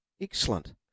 Excellent